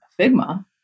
Figma